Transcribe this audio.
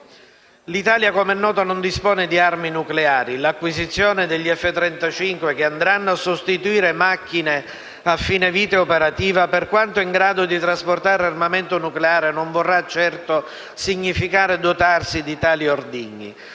L'Italia, come è noto, non dispone di armi nucleari. L'acquisizione degli F-35, che andranno a sostituire macchine a fine vita operativa, per quanto in grado di trasportare armamento nucleare, non vorrà certo significare dotarsi di tali ordigni.